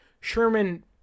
Sherman